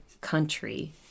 country